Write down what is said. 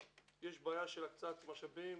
שיש בעיה של הקצאת משאבים,